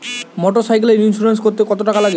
মোটরসাইকেলের ইন্সুরেন্স করতে কত টাকা লাগে?